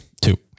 Two